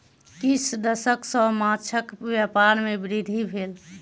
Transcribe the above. किछ दशक सॅ माँछक व्यापार में वृद्धि भेल